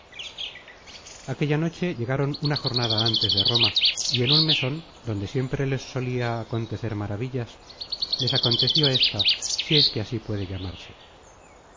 aquella noche llegaron una jornada antes de roma y en un meson adonde siempre les solia acontecer maravillas les aconteció ésta si es que así puede llamarse